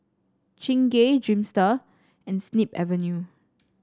Chingay Dreamster and Snip Avenue